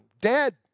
Dead